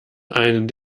einen